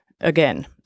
again